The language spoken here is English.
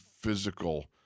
physical